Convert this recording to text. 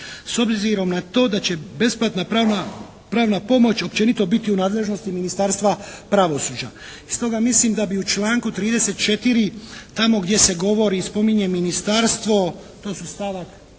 S obzirom na to da će besplatna pravna pomoć općenito biti u nadležnosti Ministarstva pravosuđa. I stoga mislim da bi u članku 34. tamo gdje se govori i spominje ministarstvo, to su stavak